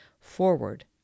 forward